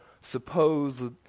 suppose